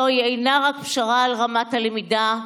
זוהי אינה רק פשרה על רמת הלמידה,